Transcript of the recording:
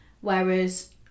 whereas